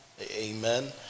Amen